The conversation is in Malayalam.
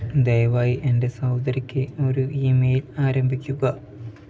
ദയവായി എൻ്റെ സഹോദരിക്ക് ഒരു ഇമെയിൽ ആരംഭിക്കുക